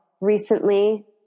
recently